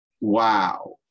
wow